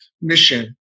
mission